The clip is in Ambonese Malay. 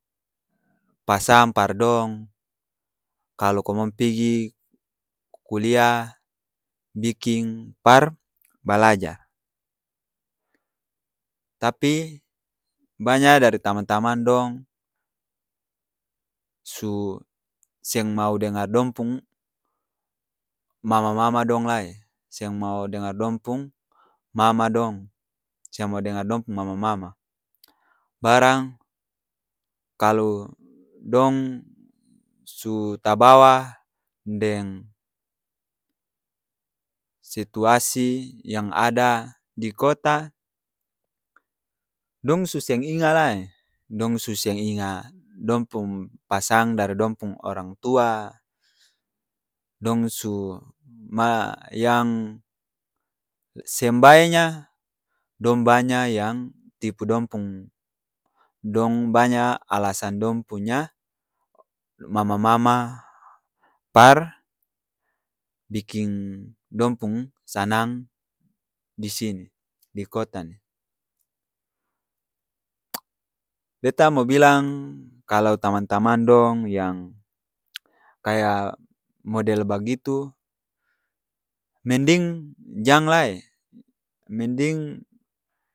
Pasang par dong, kalo komong pigi kuliah, biking par! balajar tapi, banya dari tamang-tamang dong su seng mau dengar dong pung mama-mama dong lai, seng mau dengar dong pung! Mama dong, seng mau dengar dong pung mama-mama, barang kalu dong su tabawa deng situasi yang ada di kota, dong su seng inga lae, dong su seng inga dong pung pasang dari dong pung orang tua, dong su ma, yang seng bae nya, dong banya yang tipu dong pung, dong banya alasan dong punya mama-mama par biking dong pun'g sanang, di sini di kota ni beta mau bilang kalo tamang-tamang dong yang kaya model bagitu, mending jang lae mending.